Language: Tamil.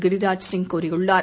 கிரிராஜ் சிங் கூறியுள்ளார்